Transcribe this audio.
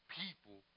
people